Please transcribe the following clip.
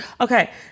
Okay